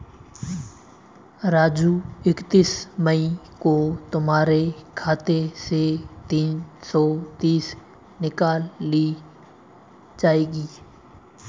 राजू इकतीस मई को तुम्हारे खाते से तीन सौ तीस निकाल ली जाएगी